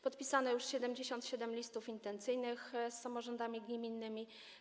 Podpisano już 77 listów intencyjnych z samorządami gminnymi.